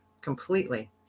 completely